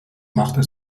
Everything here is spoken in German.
machte